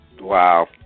Wow